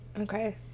Okay